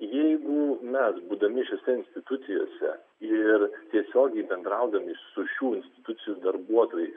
jeigu mes būdami šiose institucijose ir tiesiogiai bendraudami su šių institucijų darbuotojais